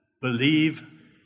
believe